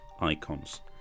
icons